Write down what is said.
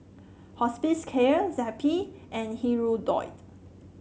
Hospicare Zappy and Hirudoid